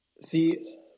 See